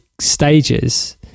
stages